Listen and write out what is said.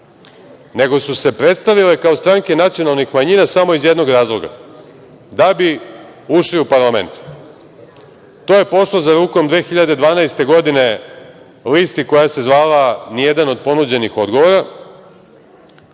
nego su se predstavile kao stranke nacionalnih manjina samo iz jednog razloga - da bi ušli u parlament. To je pošlo za rukom 2012. godine listi koja se zvala Nijedan od ponuđenih odgovora,